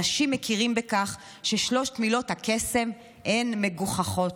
אנשים מכירים בכך ששלוש מילות הקסם הן מגוחכות.